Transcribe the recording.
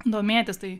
domėtis tai